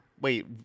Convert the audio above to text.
Wait